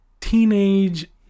teenage